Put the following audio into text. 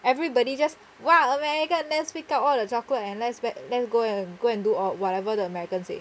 everybody just !wow! america let's pick up all the chocolate and let's back then go and go and do whatever the american say